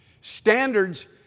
Standards